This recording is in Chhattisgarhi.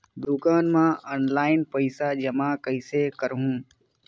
दुकान म ऑनलाइन पइसा जमा कइसे करहु?